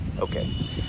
Okay